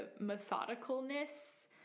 methodicalness